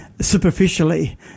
superficially